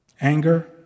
Anger